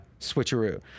switcheroo